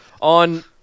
on